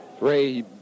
Ray